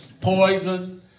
Poison